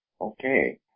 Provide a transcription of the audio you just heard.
Okay